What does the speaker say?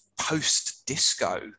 post-disco